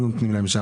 מה נותנים להם?